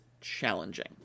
challenging